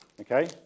Okay